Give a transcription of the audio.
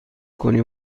کنی